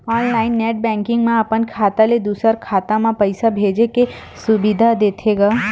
online net banking म अपन खाता ले दूसर के खाता म पइसा भेजे के सुबिधा देथे गा